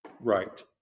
right